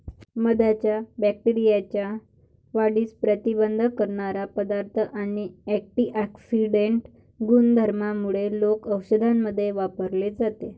मधाच्या बॅक्टेरियाच्या वाढीस प्रतिबंध करणारा पदार्थ आणि अँटिऑक्सिडेंट गुणधर्मांमुळे लोक औषधांमध्ये वापरले जाते